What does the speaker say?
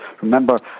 Remember